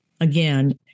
again